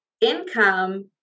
income